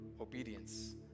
obedience